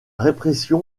répression